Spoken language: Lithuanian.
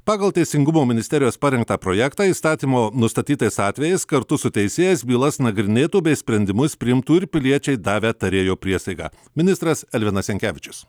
pagal teisingumo ministerijos parengtą projektą įstatymo nustatytais atvejais kartu su teisėjais bylas nagrinėtų bei sprendimus priimtų ir piliečiai davę tarėjo priesaiką ministras elvinas jankevičius